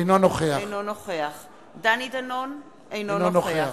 אינו נוכח דני דנון, אינו נוכח